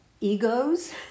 egos